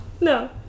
No